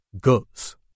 guts